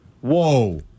whoa